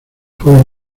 pueden